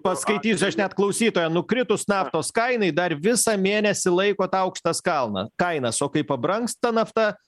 paskaitysiu aš net klausytoją nukritus naftos kainai dar visą mėnesį laikot aukštas kalną kainas o kai pabrangsta nafta